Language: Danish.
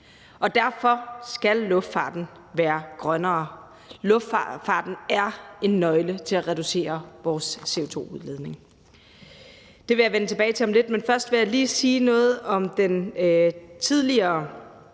Derfor skal luftfarten være grønnere. Luftfarten er en nøgle til at reducere vores CO2-udledning. Det vil jeg vende tilbage til om lidt, men jeg vil først lige sige noget om den tidligere